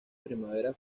primavera